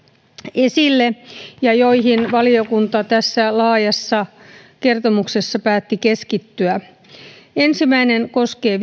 esille ja joihin valiokunta tässä laajassa kertomuksessa päätti keskittyä ensimmäinen koskee